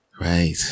Right